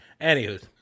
Anywho